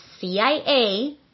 CIA